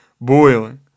boiling